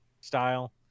style